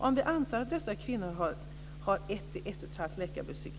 Om vi antar att dessa kvinnor i genomsnitt har 1-1 1⁄2 läkarbesök